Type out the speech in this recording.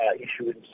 issuing